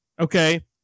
Okay